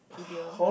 video